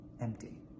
empty